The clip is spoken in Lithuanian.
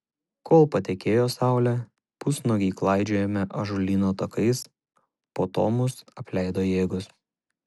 kol patekėjo saulė pusnuogiai klaidžiojome ąžuolyno takais po to mus apleido jėgos